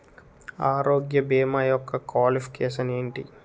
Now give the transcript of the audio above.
ఆరోగ్య భీమా యెక్క క్వాలిఫికేషన్ ఎంటి?